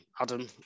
Adam